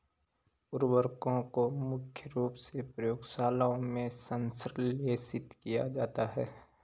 उर्वरकों को मुख्य रूप से प्रयोगशालाओं में संश्लेषित किया जाता है